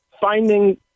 finding